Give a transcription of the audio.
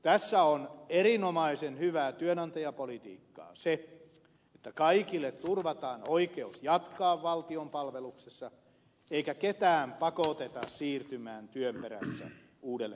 tässä on erinomaisen hyvää työnantajapolitiikkaa se että kaikille turvataan oikeus jatkaa valtion palveluksessa eikä ketään pakoteta siirtymään työn perässä uudelle paikkakunnalle